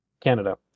Canada